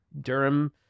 Durham